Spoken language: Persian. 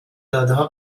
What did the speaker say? دادهها